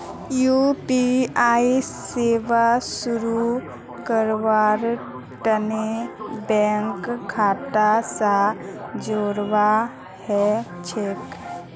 UPI सेवा शुरू करवार तने बैंक खाता स जोड़वा ह छेक